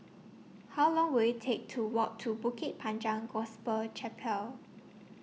How Long Will IT Take to Walk to Bukit Panjang Gospel Chapel